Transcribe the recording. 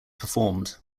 performed